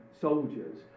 soldiers